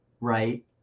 right